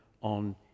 on